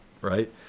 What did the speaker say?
right